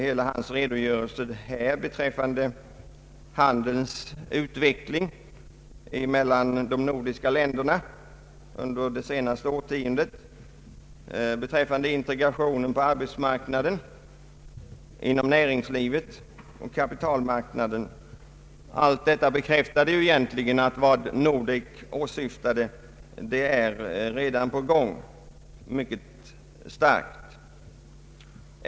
Hela hans redogörelse beträffande handelns utveckling mellan de nordiska länderna under det senaste årtiondet, beträffande integrationen på arbetsmarknaden, inom <:näringslivet och på kapitalmarknaden bekräftade att vad Nordek åsyftade redan är på gång i mycket stor utsträckning.